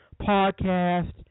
podcast